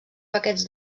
paquets